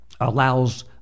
allows